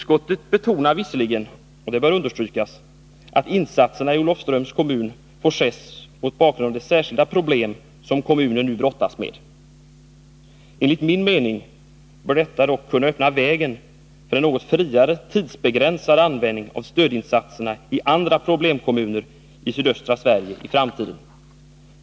Utskottet betonar dock — och det bör understrykas — att insatserna i Olofströms kommun får ses mot bakgrund av de särskilda problem som kommunen nu brottas med. Enligt min mening bör detta i framtiden kunna öppna vägen för en något friare tidsbegränsad användning av stödinsatserna i andra problemkommuner i sydöstra Sverige.